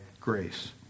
grace